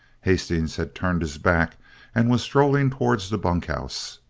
hastings had turned his back and was strolling towards the bunkhouse.